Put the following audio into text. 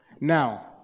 now